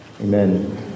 Amen